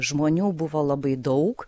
žmonių buvo labai daug